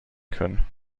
können